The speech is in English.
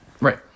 Right